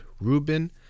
rubin